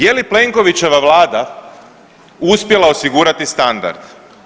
Je li Plenkovićeva vlada uspjela osigurati standard?